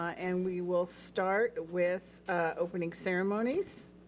and we will start with opening ceremonies.